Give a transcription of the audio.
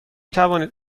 توانید